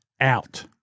out